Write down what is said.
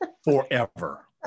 forever